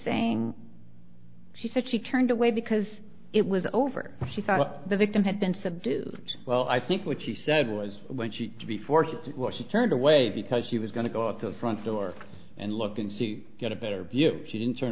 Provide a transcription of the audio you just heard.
saying she said she turned away because it was over she thought the victim had been subdued well i think what she said was to be forced to turn away because she was going to go out the front door and look and see get a better view she didn't turn